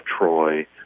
Troy